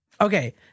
Okay